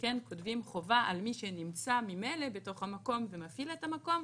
כן כותבים חובה על מי שנמצא ממילא בתוך המקום ומפעיל את המקום,